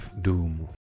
Doom